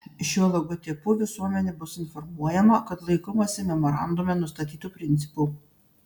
šiuo logotipu visuomenė bus informuojama kad laikomasi memorandume nustatytų principų